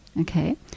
okay